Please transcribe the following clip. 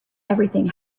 everything